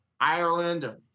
Ireland